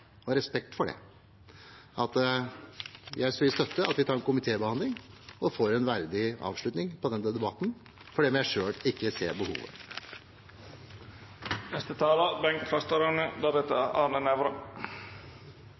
ha respekt for det. Vi støtter at vi tar en komitébehandling og får en verdig avslutning på denne debatten, selv om jeg selv ikke